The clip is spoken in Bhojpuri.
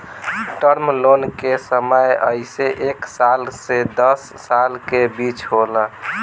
टर्म लोन के समय अइसे एक साल से दस साल के बीच होला